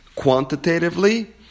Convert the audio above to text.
quantitatively